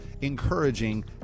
encouraging